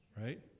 Right